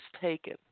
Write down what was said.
taken